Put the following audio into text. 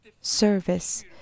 service